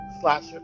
slasher